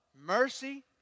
Mercy